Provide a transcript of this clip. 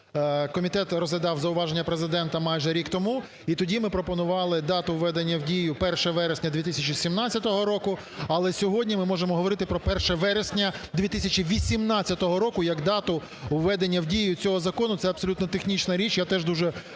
Комітет розглядав зауваження Президента майже рік тому, і тоді ми пропонували дату введення в дію – 1 вересня 2017 року, але сьогодні ми можемо говорити про 1 вересня 2018 року як дату введення в дію цього закону. Це абсолютно технічна річ, я теж дуже сподіваюся